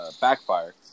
backfire